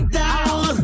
down